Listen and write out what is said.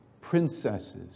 princesses